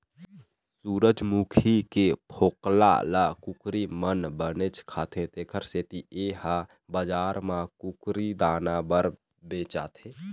सूरजमूखी के फोकला ल कुकरी मन बनेच खाथे तेखर सेती ए ह बजार म कुकरी दाना बर बेचाथे